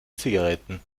zigaretten